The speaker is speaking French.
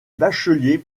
bachelier